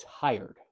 tired